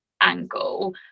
angle